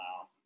Wow